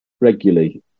regularly